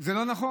זה לא נכון.